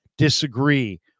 Disagree